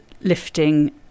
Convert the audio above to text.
lifting